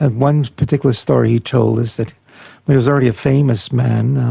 and one particular story he told is that when he was already a famous man,